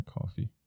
Coffee